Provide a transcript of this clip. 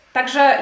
Także